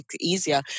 easier